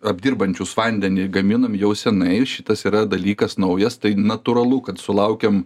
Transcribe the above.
apdirbančius vandenį gaminam jau senai šitas yra dalykas naujas tai natūralu kad sulaukiam